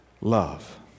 love